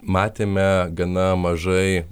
matėme gana mažai